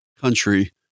country